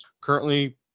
currently